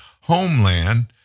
homeland